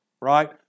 right